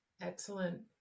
Excellent